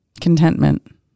Contentment